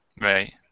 Right